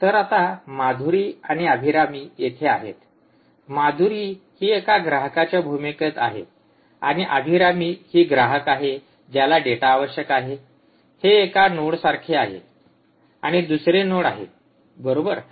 तर आता माधुरी आणि अभिरामी येथे आहेत माधुरी ही एका ग्राहकांच्या भूमिकेत आहे आणि अभिरामी ही ग्राहक आहे ज्याला डेटा आवश्यक आहे हे एका नोडसारखे आहे आणि हे दुसरे नोड आहे बरोबर